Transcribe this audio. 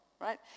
right